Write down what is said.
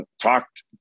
talked